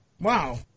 Wow